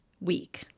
week